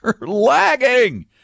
lagging